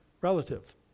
Relative